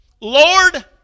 Lord